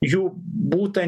jų būta